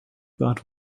part